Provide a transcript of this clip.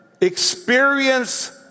Experience